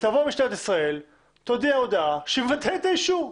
תבוא משטרת ישראל ותאמר שהיא מבטלת את האישור.